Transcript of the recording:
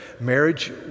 Marriage